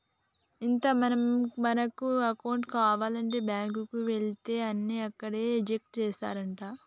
ఇంత మనకు అకౌంట్ కావానంటే బాంకుకు ఎలితే అన్ని అక్కడ ఏజెంట్లే చేస్తారంటా